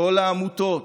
כל העמותות,